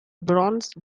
bronze